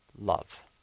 Love